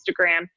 Instagram